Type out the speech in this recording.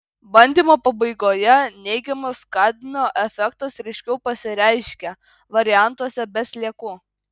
bandymo pabaigoje neigiamas kadmio efektas ryškiau pasireiškė variantuose be sliekų